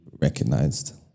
recognized